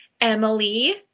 Emily